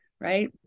right